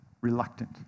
reluctant